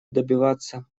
добиваться